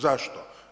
Zašto?